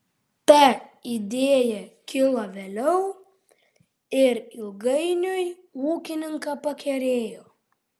ta idėja kilo vėliau ir ilgainiui ūkininką pakerėjo